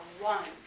one